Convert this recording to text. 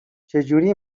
چجوری